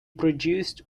produced